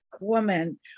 woman